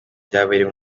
byabereye